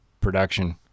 production